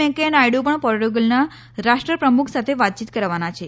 વેકૈંયા નાયડુ પણ પોર્ટુગલના રાષ્ટ્રપ્રમુખ સાથે વાતચીત કરવાના છે